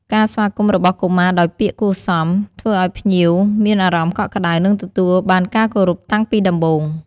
ការស្វាគមន៍របស់កុមារដោយពាក្យគួរសម ធ្វើឲ្យភ្ញៀវមានអារម្មណ៍កក់ក្តៅ និងទទួលបានការគោរពតាំងពីដំបូង។